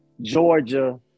Georgia